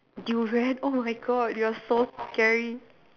durian oh my God you are so scary